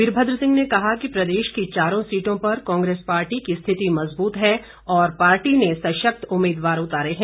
वीरभद्र सिंह ने कहा कि प्रदेश की चारों सीटों पर कांग्रेस पार्टी की स्थिति मजबूत है और पार्टी ने सशक्त उम्मीदवार उतारे हैं